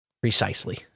Precisely